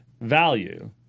value